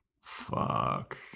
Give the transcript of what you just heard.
Fuck